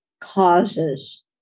causes